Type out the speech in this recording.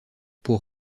pour